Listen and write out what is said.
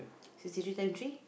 so T three times three